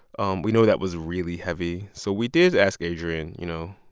um we know that was really heavy. so we did ask adrian, you know,